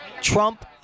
Trump